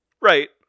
Right